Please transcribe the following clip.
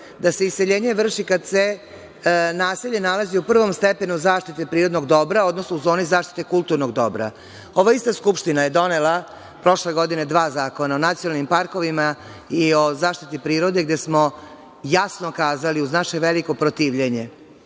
da se iseljenje vrši kada se naselje nalazi u prvom stepenu zaštite prirodnog dobra, odnosno u zoni zaštite kulturnog dobra. Ova ista Skupština je donela prošle godine dva zakona, o nacionalnim parkovima i o zaštiti prirode gde smo jasno kazali uz naše veliko protivljenje